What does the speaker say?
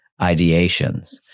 ideations